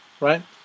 right